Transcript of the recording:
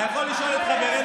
אתה יכול לשאול את חברנו,